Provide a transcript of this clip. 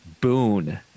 boon